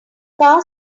car